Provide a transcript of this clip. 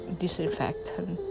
disinfectant